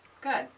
good